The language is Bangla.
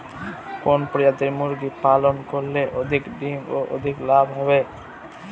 কোন প্রজাতির মুরগি পালন করলে অধিক ডিম ও অধিক লাভ হবে?